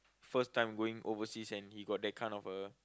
first time going overseas and he got that kind of a